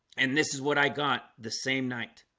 and this is what i got the same night